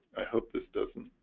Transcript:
i hope this doesn't